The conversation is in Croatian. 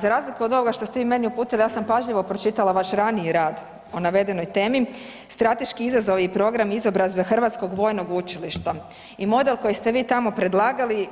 Za razliku od ovoga što ste vi meni uputili, ja sam pažljivo pročitala vaš raniji rad o navedenoj temi, strateški izazovi i programi izobrazbe Hrvatskog vojnog učilišta, i model koji ste vi tamo predlagali